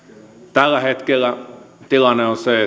tällä hetkellä tilanne on se